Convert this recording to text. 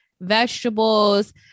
vegetables